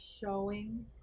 showing